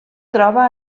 troba